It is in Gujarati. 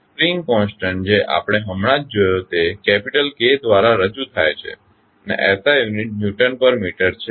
સ્પ્રિંગ કોન્સટન્ટ જે હમણાં જ આપણે જોયો તે કેપીટલ K દ્વારા રજૂ થાય છે અને SI યુનિટ ન્યુટન પર મીટર છે